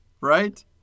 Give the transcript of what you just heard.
Right